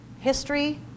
History